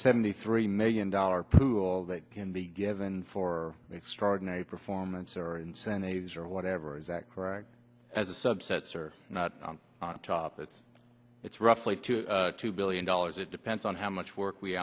seventy three million dollars pool that can be given for extraordinary performance or incentives or whatever it is that correct as a subsets or not on top that's it's roughly two two billion dollars it depends on how much work we